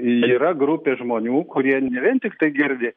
yra grupė žmonių kurie ne vien tiktai girdi